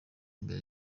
imbere